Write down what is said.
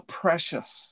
precious